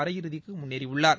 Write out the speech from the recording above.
அரை இறுதிக்கு முன்னேறியுள்ளார்